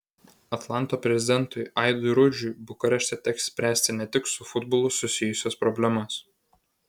atlanto prezidentui aidui rudžiui bukarešte teks spręsti ne tik su futbolu susijusias problemas